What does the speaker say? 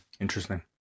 Interesting